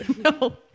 No